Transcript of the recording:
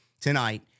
tonight